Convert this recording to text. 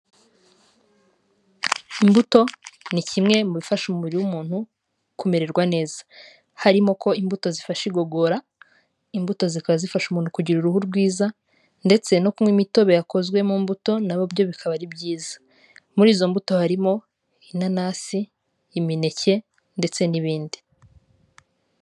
Imbuto ni kimwe mu bifasha umubiri w'umuntu kumererwa neza, harimo ko imbuto zifasha igogora, imbuto zikaba zifasha umuntu kugira uruhu rwiza ndetse no kunywa imitobe yakozwe mu mbuto na byo bikaba ari byiza, muri izo mbuto harimo inanasi, imineke ndetse n'ibindi.